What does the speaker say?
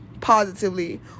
positively